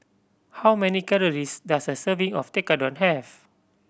how many calories does a serving of Tekkadon have